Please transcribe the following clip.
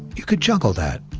you could juggle that,